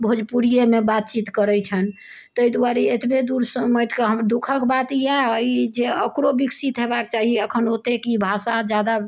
भोजपुरीएमे बातचीत करैत छनि ताहि दुआरे एतबे दूर समेटके हम दुखक बात इएह जे ओकरो विकसित होयबाके चाही अखन ओतेक ई भाषा जादा